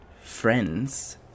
friends